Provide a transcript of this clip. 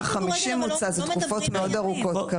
150, וזה תקופות מאוד ארוכות כרגע.